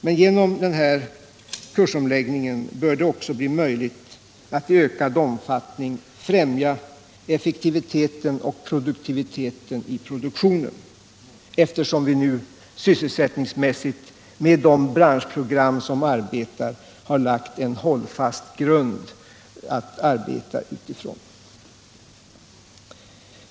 Men genom den här kursomläggningen bör det också bli möjligt att i ökande omfattning främja effektiviteten i produktionen, eftersom vi med de nuvarande branschprogrammen sysselsättningsmässigt. har lagt en hållfast grund att arbeta vidare på.